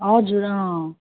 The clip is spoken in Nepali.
हजुर अँ